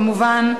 כמובן,